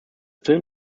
film